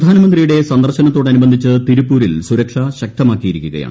പ്രധാനമന്ത്രിയുടെ സന്ദർശനത്തോട് അനുബന്ധിച്ച് തിരുപ്പൂരിൽ സുരക്ഷ ശക്തമാക്കിയിരിക്കുകയാണ്